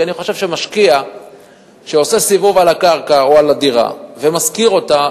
כי אני חושב שמשקיע שעושה סיבוב על הקרקע או על הדירה ומשכיר אותה,